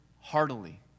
heartily